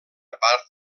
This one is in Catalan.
part